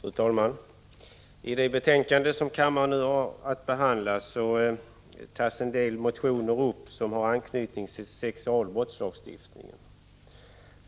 Fru talman! I det betänkande som kammaren nu har att behandla tas upp en del motioner som har anknytning till sexualbrottslagstiftningen.